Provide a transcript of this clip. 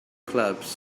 clubs